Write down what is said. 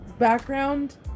background